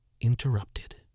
interrupted